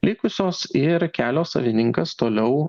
likusios ir kelio savininkas toliau